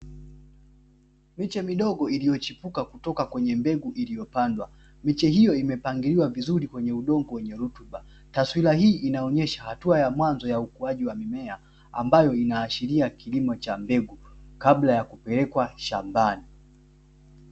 Miche midogo iliyochipuka kutoka kwenye mbegu iliyopandwa. Miche hiyo imepangiliwa vizuri kwenye udongo wenye rutuba. Taswira hii inaonesha hatua ya mwanzo ya ukuaji wa mmea, ambayo inaashiria kilimo cha mbegu kabla ya kupelekwa shambani.